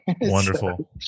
Wonderful